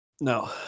no